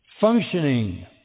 functioning